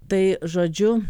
tai žodžiu